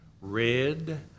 red